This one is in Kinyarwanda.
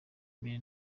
mbere